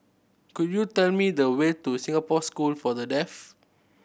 could you tell me the way to Singapore School for The Deaf